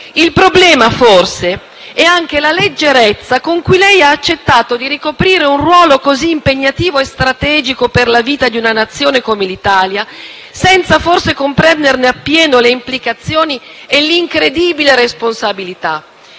Il problema forse è anche la leggerezza con cui lei ha accettato di ricoprire un ruolo così impegnativo e strategico per la vita di una Nazione come l'Italia senza forse comprenderne appieno le implicazioni e l'incredibile responsabilità.